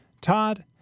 Todd